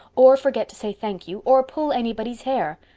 or forget to say thank you. or pull anybody's hair.